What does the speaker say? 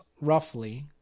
roughly